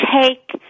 take